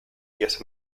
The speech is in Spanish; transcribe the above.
diez